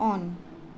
on